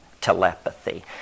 telepathy